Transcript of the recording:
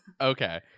okay